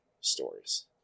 stories